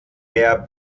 der